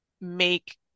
make